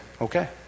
okay